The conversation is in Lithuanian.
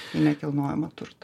nekilnojamą turtą